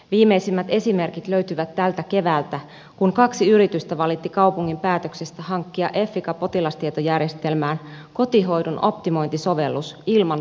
viimeisimmät esimerkit löytyvät tältä keväältä kun kaksi yritystä valitti kaupungin päätöksestä hankkia effica potilastietojärjestelmään kotihoidon optimointisovellus ilman tarjouskilpailua